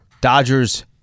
Dodgers –